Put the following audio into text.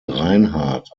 reinhardt